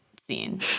scene